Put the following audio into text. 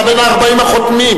אתה בין 40 החותמים.